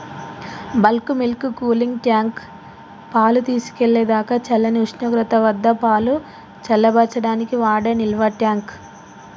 bulk milk cooling tank, పాలు తీసుకెళ్ళేదాకా చల్లని ఉష్ణోగ్రత వద్దపాలు చల్లబర్చడానికి వాడే నిల్వట్యాంక్